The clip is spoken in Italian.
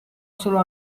solo